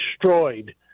destroyed